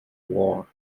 war